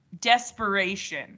desperation